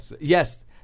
yes